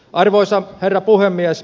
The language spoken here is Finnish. arvoisa herra puhemies